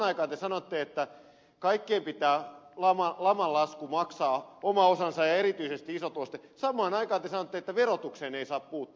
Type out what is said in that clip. te sanotte että kaikkien pitää laman laskusta maksaa oman osansa ja erityisesti isotuloisten ja samaan aikaan te sanotte että verotukseen ei saa puuttua